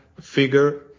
figure